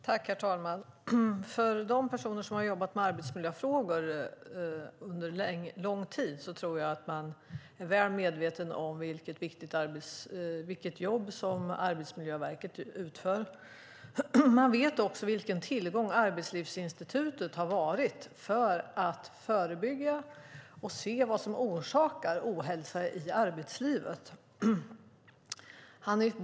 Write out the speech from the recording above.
Herr talman! De personer som har jobbat med arbetsmiljöfrågor under lång tid tror jag är väl medvetna om vilket viktigt jobb som Arbetsmiljöverket utför. De vet också vilken tillgång Arbetslivsinstitutet har varit för att förebygga och se vad som orsakar ohälsa i arbetslivet. Herr talman!